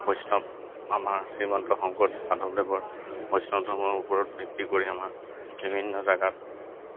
বৈষ্ণৱ আমাৰ শ্ৰীমন্ত শংকৰদেৱ মাধৱদেৱৰ বৈষ্ণৱ ধৰ্মৰ ওপৰত ভিত্তি কৰি আমাৰ বিভিন্ন জেগাত